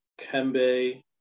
Kembe